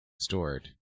stored